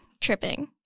tripping